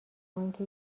آنکه